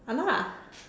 !hanna!